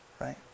right